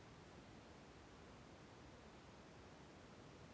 ಭಾರತದಲ್ಲಿ ಬಹಳ ಹೆಚ್ಚು ರಾಗಿ ಬೆಳೆಯೋ ಸ್ಥಳ ಯಾವುದು?